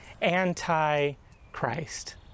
anti-Christ